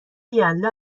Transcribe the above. یلدا